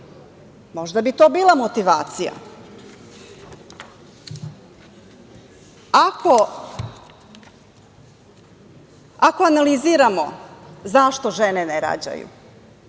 Možda bi to bila motivacija. Ako analiziramo zašto žene ne rađaju,